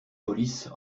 polices